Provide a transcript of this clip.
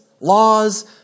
laws